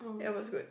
it was good